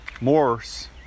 Morse